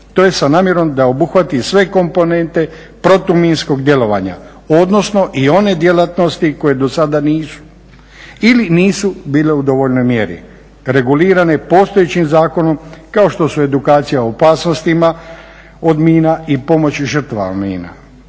To je sa namjerom da obuhvati sve komponente protuminskog djelovanja odnosno i one djelatnosti koje do sada nisu ili nisu bile u dovoljnoj mjeri regulirane postojećim zakonom kao što su edukacija o opasnostima od mina i pomoć žrtvama mina.